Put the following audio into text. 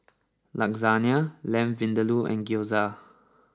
Lasagne Lamb Vindaloo and Gyoza